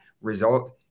result